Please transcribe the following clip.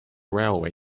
railway